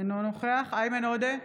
אינו נוכח איימן עודה,